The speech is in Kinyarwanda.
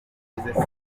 bigeze